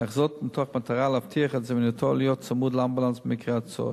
אך זאת מתוך מטרה להבטיח את זמינותו ולהיות צמוד לאמבולנס במקרה הצורך.